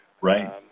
Right